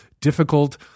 difficult